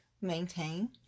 Maintain